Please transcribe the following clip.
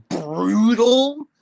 brutal